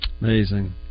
Amazing